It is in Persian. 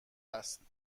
است